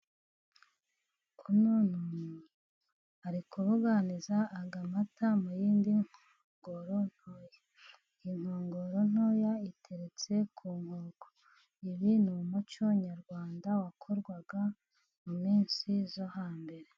Uno ni umuntu. Ari kubuganiza aya mata mu yindi nkongoro ntoya. Inkongoro ntoya iteretse ku nkoko. Ibi ni umuco nyarwanda wakorwaga mu minsi yo hambere.